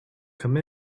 come